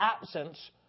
absence